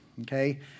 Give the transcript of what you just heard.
okay